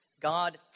God